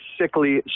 sickly